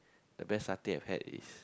the best satay I've had is